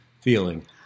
feeling